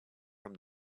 from